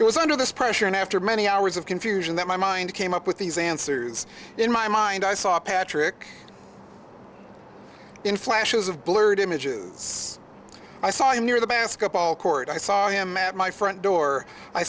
it was under this pressure and after many hours of confusion that my mind came up with these answers in my mind i saw patrick in flashes of blurred images it's i saw him near the basketball court i saw him at my front door i